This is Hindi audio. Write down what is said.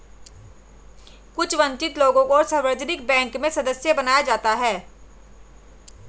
कुछ वन्चित लोगों को सार्वजनिक बैंक में सदस्य बनाया जाता है